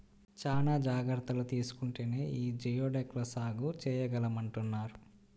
చానా జాగర్తలు తీసుకుంటేనే యీ జియోడక్ ల సాగు చేయగలమంటన్నారు